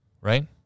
right